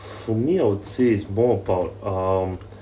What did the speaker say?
for me I would say is more about um